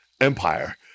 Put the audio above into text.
Empire